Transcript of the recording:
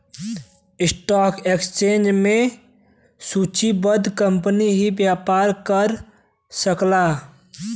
stock exchange में सूचीबद्ध company ही व्यापार कर सकला